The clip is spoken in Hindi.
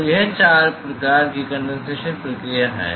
तो ये चार प्रकार की कंडेंसेशन प्रक्रिया हैं